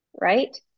right